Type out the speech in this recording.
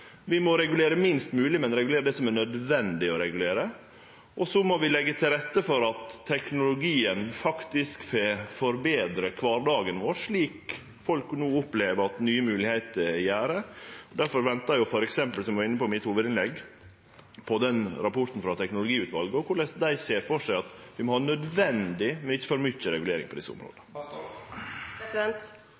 Vi må regulere minst mogleg, men vi må regulere det som er nødvendig å regulere. Og så må vi leggje til rette for at teknologien faktisk betrar kvardagen vår, slik folk no opplever at nye moglegheiter gjer. Difor ventar eg, som eg var inne på i hovudinnlegget mitt, på rapporten frå Teknologiutvalet og korleis dei ser føre seg at vi må ha nødvendig, men ikkje for mykje, regulering på desse områda.